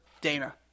Dana